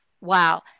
wow